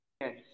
Yes